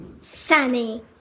Sunny